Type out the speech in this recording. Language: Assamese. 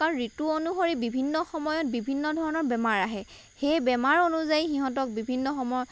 কাৰণ ঋতু অনুসৰি বিভিন্ন সময়ত বিভিন্ন ধৰণৰ বেমাৰ আহে সেই বেমাৰ অনুযায়ী সিহঁতক বিভিন্ন সময়ত